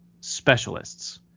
specialists